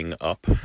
up